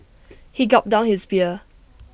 he gulped down his beer